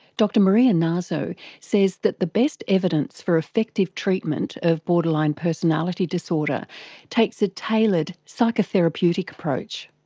dr maria naso says that the best evidence for effective treatment of borderline personality disorder takes a tailored psychotherapeutic approach.